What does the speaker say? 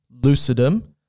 lucidum